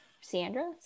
Sandra